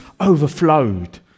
overflowed